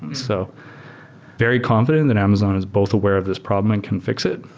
and so very confident that amazon is both aware of this problem and can fix it.